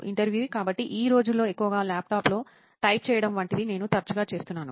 ఇంటర్వ్యూఈ కాబట్టి ఈ రోజుల్లో ఎక్కువగా ల్యాప్టాప్లో టైప్ చేయడం వంటివి నేను తరచుగా చేస్తున్నాను